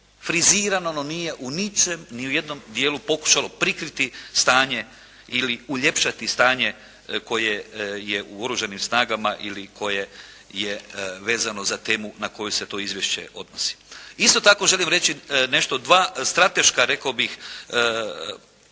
frizirano, ono nije u ničem ni u jednom dijelu pokušalo prikriti stanje ili uljepšati stanje koje je u Oružanim snagama ili koje je vezano za temu na koju se to izvješće odnosi. Isto tako želim reći nešto, dva strateška rekao bih puta